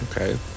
okay